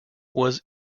was